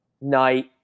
night